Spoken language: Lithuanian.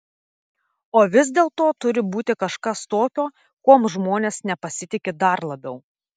o vis dėlto turi būti kažkas tokio kuom žmonės nepasitiki dar labiau